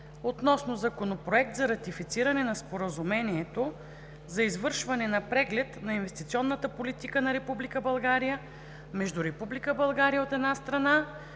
относно Законопроект за ратифициране на Споразумението за извършване на Преглед на инвестиционната политика на Република България